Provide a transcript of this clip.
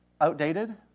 outdated